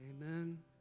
Amen